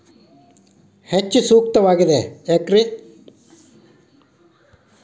ಹೆಚ್ಚು ಸೂಕ್ತವಾಗಿದೆ ಯಾಕ್ರಿ?